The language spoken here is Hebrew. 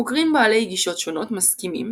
חוקרים בעלי גישות שונות מסכימים,